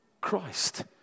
Christ